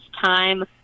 time